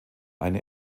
eine